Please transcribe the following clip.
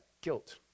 guilt